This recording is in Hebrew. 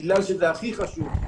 בגלל שזה הכי חשוב,